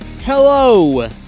Hello